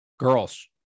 Girls